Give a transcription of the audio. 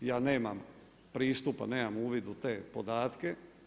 Ja nemam pristupa, nemam uvid u te podatke.